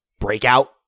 breakout